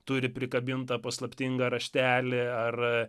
turi prikabintą paslaptingą raštelį ar